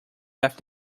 left